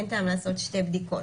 אין טעם לעשות שתי בדיקות.